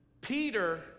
Peter